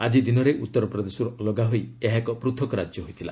ଆଜି ଦିନରେ ଉତ୍ତରପ୍ରଦେଶରୁ ଅଲଗା ହୋଇ ଏହା ଏକ ପୂଥକ ରାଜ୍ୟ ହୋଇଥିଲା